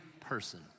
person